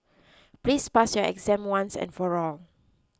please pass your exam once and for all